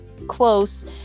close